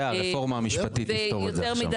בסדר, הרפורמה המשפטית תפתור את זה עכשיו...